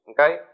Okay